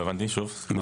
לא הבנתי, שוב, סליחה.